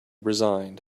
resigned